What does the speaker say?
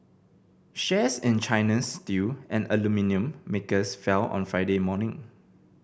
shares in China's steel and aluminium makers fell on Friday morning